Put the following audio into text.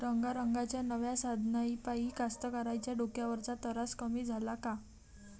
रंगारंगाच्या नव्या साधनाइपाई कास्तकाराइच्या डोक्यावरचा तरास कमी झाला का?